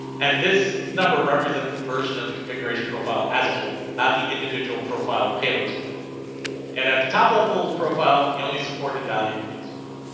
and this number represents the version of the configuration profile as a whole not the individual profile payloads within it and at the top level profile. the only supported value is one.